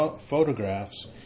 photographs